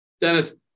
Dennis